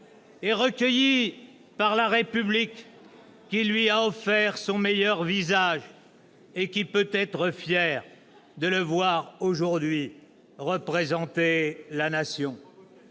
et recueilli par la République, qui lui a offert son meilleur visage et qui peut être fière de le voir aujourd'hui représenter la Nation.